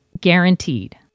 guaranteed